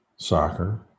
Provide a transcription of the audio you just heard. soccer